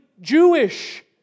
Jewish